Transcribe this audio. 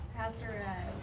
Pastor